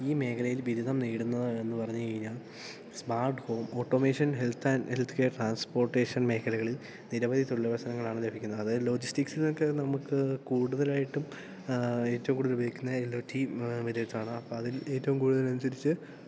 ഈ മേഖലയിൽ ബിരുദം നേടുന്നതെന്ന് പറഞ്ഞു കഴിഞ്ഞാൽ smart home automation health and health care transportation മേഖലളിൽ നിരവധി തൊഴിലവസരങ്ങളാണ് ലഭിക്കുന്നത് അതായത് ലോജിസ്റ്റിക്സ് എന്നൊക്കെ നമുക്ക് കൂടുതലായിട്ടും ഏറ്റവും കൂടുതൽ ഉപയോഗിക്കുന്ന എല്ല് ഓ റ്റി ആണ് അപ്പം അതിൽ ഏറ്റവും കൂടുതലനുസരിച്ച്